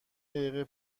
دقیقه